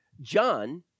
John